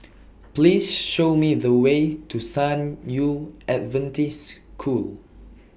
Please Show Me The Way to San Yu Adventist School